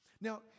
Now